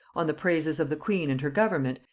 on the praises of the queen and her government,